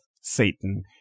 Satan